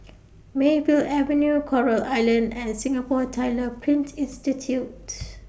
Mayfield Avenue Coral Island and Singapore Tyler Print Institute